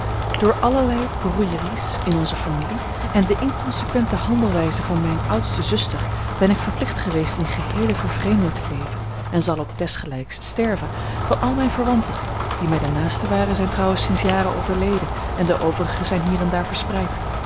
door allerlei brouilleries in onze familie en de inconsequente handelwijze van mijne oudste zuster ben ik verplicht geweest in geheele vervreemding te leven en zal ook desgelijks sterven van al mijne verwanten die mij de naaste waren zijn trouwens sinds jaren overleden en de overigen zijn hier en daar verspreid